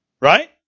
right